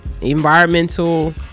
environmental